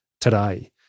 today